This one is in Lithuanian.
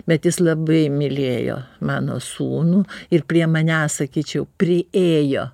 bet jis labai mylėjo mano sūnų ir prie manęs sakyčiau priėjo